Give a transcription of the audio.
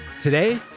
Today